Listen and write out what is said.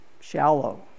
shallow